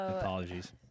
apologies